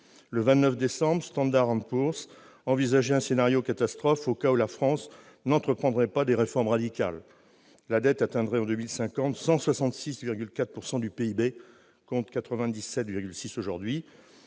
Le 29 décembre dernier, Standard & Poor's envisageait un scénario catastrophe au cas où la France n'entreprendrait pas des réformes radicales. La dette atteindrait, en 2050, 166,4 % du PIB, contre 97,6 % aujourd'hui.